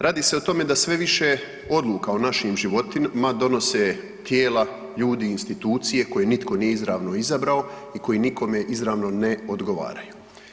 Radi se o tome da sve više odluka o našim životima donose tijela, ljudi, institucije koje nitko nije izravno izabrao i koje nikome izravno ne odgovaraju.